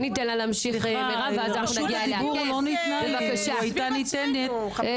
אם תינתן לי רשות הדיבור אוכל להסביר.